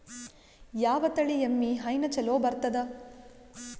ಯಾವ ತಳಿ ಎಮ್ಮಿ ಹೈನ ಚಲೋ ಬರ್ತದ?